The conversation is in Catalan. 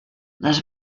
les